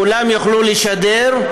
כולם יוכלו לשדר.